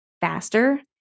faster